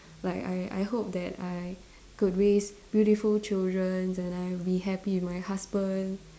like I I hope that I could raise beautiful children and I'll be happy with my husband